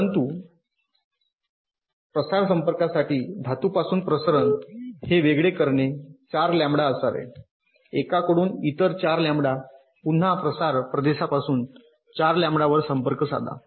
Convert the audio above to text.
परंतु प्रसार संपर्कासाठी धातूपासून प्रसरण हे वेगळे करणे 4 लॅम्बडा असावे एकाकडून इतर 4 लॅम्बडा पुन्हा प्रसार प्रदेशापासून 4 लॅम्बडावर संपर्क साधा